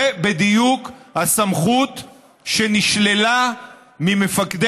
זאת בדיוק הסמכות שנשללה ממפקדי